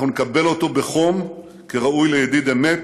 אנחנו נקבל אותו בחום כראוי לידיד אמת